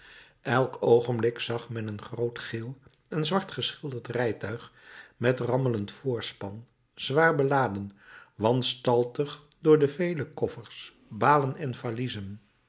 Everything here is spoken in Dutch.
elk oogenblik zag men een groot geel en zwart geschilderd rijtuig met rammelend voorspan zwaar beladen wanstaltig door de vele koffers balen en valiezen